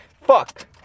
Fuck